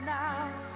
now